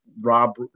Rob